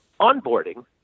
onboarding